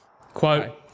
Quote